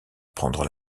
prendre